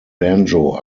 banjo